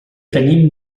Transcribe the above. tenim